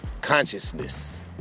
consciousness